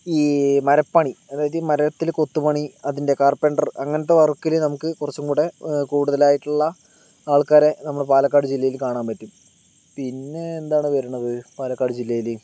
ഈ മരപ്പണി അതായത് മരത്തിൽ കൊത്ത് പണി അതിൻ്റെ കാർപ്പൻ്റർ അങ്ങനത്തെ വർക്കിൽ നമുക്ക് കുറച്ചും കൂടെ കൂടുതലായിട്ടുള്ള ആൾക്കാരെ നമ്മുടെ പാലക്കാട് ജില്ലയിൽ കാണാൻ പറ്റും പിന്നെ എന്താണ് പറയുന്നത് പാലക്കാട് ജില്ലയിൽ